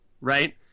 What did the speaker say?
right